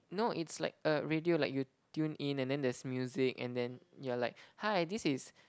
no it's like a radio like you tune in and then there's music and then you're like hi this is